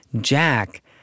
Jack